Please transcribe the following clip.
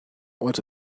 what